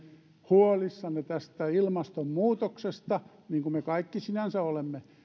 huolissanne ilmastonmuutoksesta niin kuin me kaikki sinänsä olemme